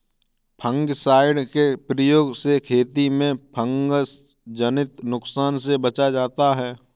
fungicide के प्रयोग से खेती में फँगसजनित नुकसान से बचा जाता है